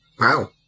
Wow